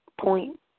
point